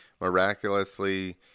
miraculously